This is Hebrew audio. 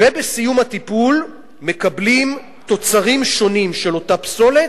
ובסיום הטיפול מקבלים תוצרים שונים של אותה פסולת,